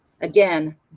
again